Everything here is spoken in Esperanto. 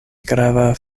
grava